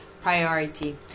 priority